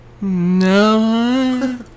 No